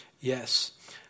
yes